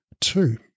Two